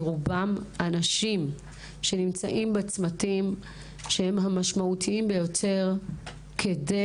זה רובם אנשים שנמצאים בצמתים שהם המשמעותיים ביותר כדי